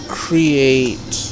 create